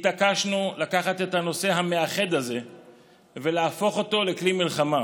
התעקשנו לקחת את הנושא המאחד הזה ולהפוך אותו לכלי מלחמה.